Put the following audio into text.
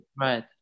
Right